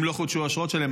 אם לא חודשו האשרות שלהם,